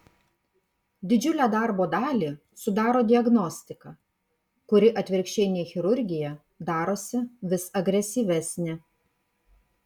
didžiulę darbo dalį sudaro diagnostika kuri atvirkščiai nei chirurgija darosi vis agresyvesnė